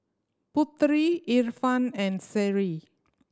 Putri Irfan and Seri